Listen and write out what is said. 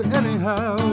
anyhow